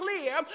clear